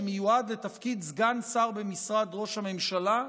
שמיועד לתפקיד סגן שר במשרד ראש הממשלה,